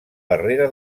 barrera